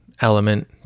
element